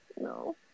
No